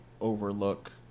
overlook